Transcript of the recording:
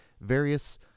various